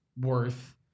worth